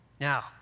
Now